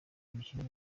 imikino